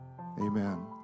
amen